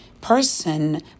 person